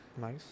Nice